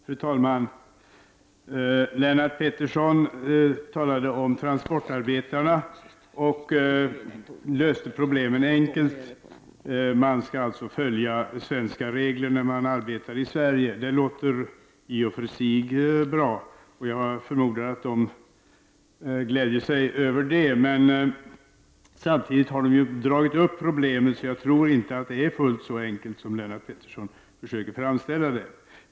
Fru talman! Lennart Pettersson talade om transportarbetarna och löste deras problem enkelt. Man skall alltså följa svenska regler när man arbetar i Sverige. Det låter i och för sig bra. Jag förmodar att de gläder sig över det. Men samtidigt har transportarbetarna tagit upp problemen, så jag tror inte det är fullt så enkelt som Lennart Pettersson försöker framställa det.